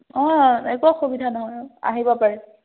অঁ একো অসুবিধা নহয় আহিব পাৰে